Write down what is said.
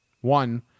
one